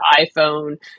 iPhone